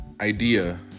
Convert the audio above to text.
idea